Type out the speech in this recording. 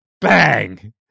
Bang